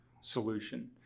solution